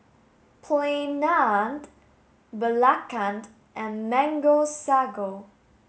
Plain Naan Belacan and mango sago